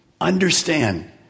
Understand